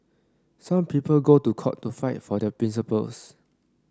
some people go to court to fight for their principles